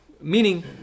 meaning